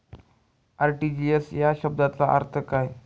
RTGS या शब्दाचा अर्थ काय?